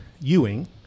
Ewing